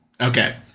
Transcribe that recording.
okay